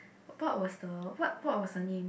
what was the what what was her name